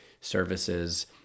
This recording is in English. services